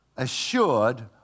Assured